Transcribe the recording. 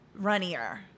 runnier